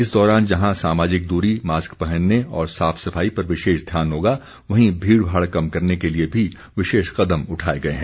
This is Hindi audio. इस दौरान जहां सामाजिक दूरी मास्क पहनने और साफ सफाई पर विशेष ध्यान होगा वहीं भीड़ भाड़ कम करने के लिए भी विशेष कदम उठाए गए हैं